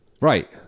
right